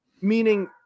meaning